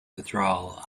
withdrawal